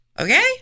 Okay